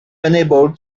unable